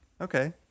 Okay